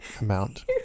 amount